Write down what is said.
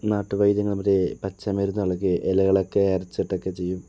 നാട്ടു വൈദ്യം അവര് പച്ചമരുന്നുകളൊക്കെ ഇലകളൊക്കെ അരച്ചിട്ടൊക്കെ ചെയ്യും